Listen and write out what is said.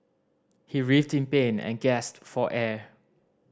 he writhed in pain and gasped for air